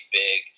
big